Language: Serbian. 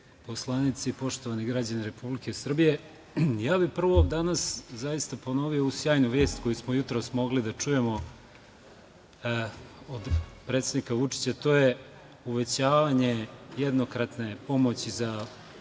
poslanici, poštovani građani Republike Srbije, ja bih prvo danas zaista ponovio ovu sjajnu vest koju smo jutros mogli da čujemo od predsednika Vučića a to je uvećavanje jednokratne pomoći za prvorođeno